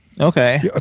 Okay